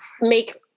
make